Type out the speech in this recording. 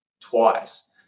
twice